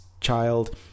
child